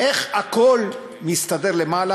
איך הכול מסתדר למעלה.